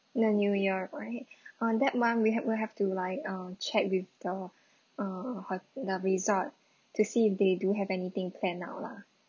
the new year right on that we have we have to like uh chat with the uh hot~ the resort to see if they do have anything planned now lah